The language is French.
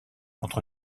contre